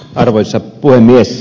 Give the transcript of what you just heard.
arvoisa puhemies